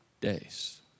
days